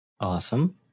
awesome